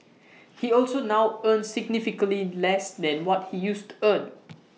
he also now earns significantly less than what he used to earn